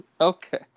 Okay